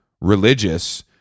religious